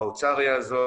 האוצר יעזור,